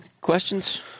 questions